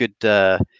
good